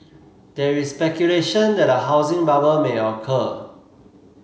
there is speculation that a housing bubble may occur